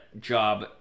job